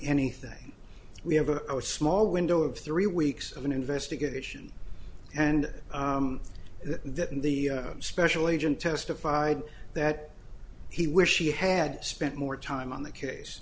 anything we have a small window of three weeks of an investigation and that the special agent testified that he wished he had spent more time on the case